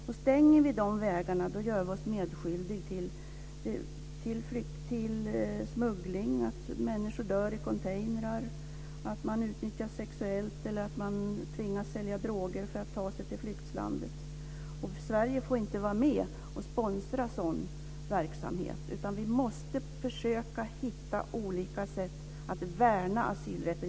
Om vi stänger de vägarna gör vi oss medskyldiga till smuggling, till att människor dör i containrar, att de utnyttjas sexuellt eller tvingas sälja droger för att ta sig till flyktlandet. Sverige får inte vara med och sponsra sådan verksamhet. Vi måste försöka hitta olika sätt att värna asylrätten.